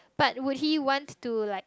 but would he want to like